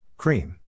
Cream